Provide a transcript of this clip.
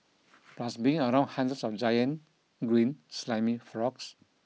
plus being around hundreds of giant green slimy frogs